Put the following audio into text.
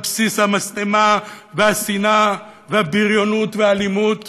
על בסיס המשטמה והשנאה והבריונות והאלימות